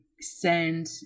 send